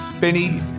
Benny